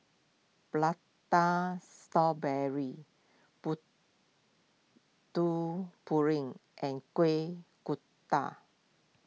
Prata Strawberry Putu Piring and Kueh Kodok